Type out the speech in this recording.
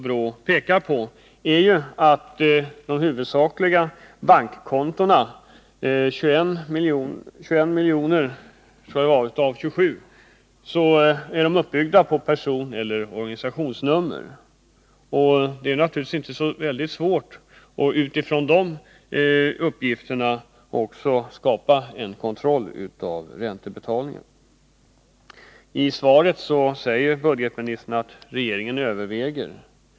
BRÅ pekar på att bankkontona huvudsakligen — 21 miljoner av 27 miljoner, tror jag — är uppbyggda på personnummer eller organisationsnummer. Det är naturligtvis inte så svårt att med hjälp av dessa uppgifter skapa en kontroll av räntebetalningarna. I svaret säger budgetministern att regeringen överväger olika åtgärder.